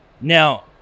Now